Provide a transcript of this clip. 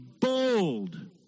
bold